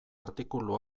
artikulu